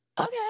okay